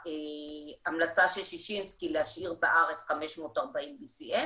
וההמלצה של ששינסקי להשאיר בארץ 540 BCM